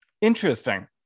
Interesting